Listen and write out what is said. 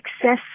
success